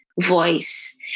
voice